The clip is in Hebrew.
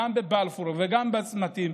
גם בבלפור וגם בצמתים,